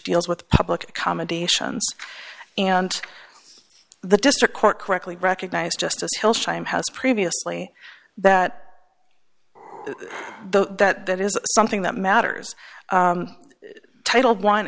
deals with public accommodations and the district court correctly recognized justice hill same house previously that though that that is something that matters titled one